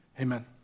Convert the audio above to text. Amen